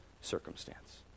circumstance